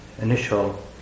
initial